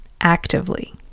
Actively